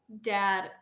dad